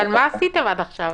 אבל מה עשיתם עד עכשיו?